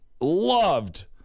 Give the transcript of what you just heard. loved